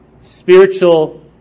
spiritual